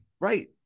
Right